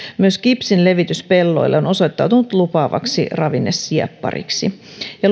myös kipsin levitys pelloille on osoittautunut lupaavaksi ravinnesieppariksi ja